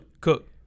Cook